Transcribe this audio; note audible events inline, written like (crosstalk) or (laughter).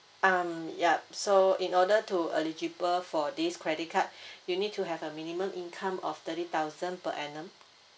um yup so in order to eligible for this credit card (breath) you need to have a minimum income of thirty thousand per annum